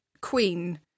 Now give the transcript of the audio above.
queen